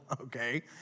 okay